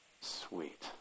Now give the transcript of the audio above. sweet